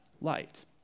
light